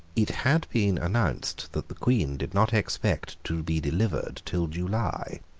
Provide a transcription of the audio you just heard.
it had been announced that the queen did not expect to be delivered till july.